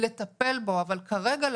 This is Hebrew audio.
אבל כרגע,